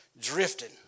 drifting